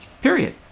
Period